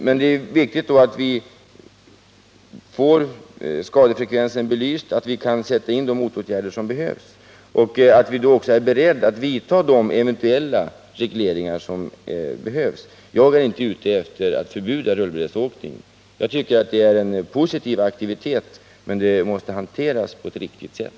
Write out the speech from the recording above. Det är därför viktigt att vi får skadefrekvensen belyst för att kunna sätta in de motåtgärder som behövs. För det ändamålet måste vi vara beredda att införa de regleringar som eventuellt behövs. Jag är inte ute efter att förbjuda rullbrädesåkning. Jag tycker att det är en positiv aktivitet, men den måste hanteras på ett riktigt sätt.